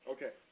Okay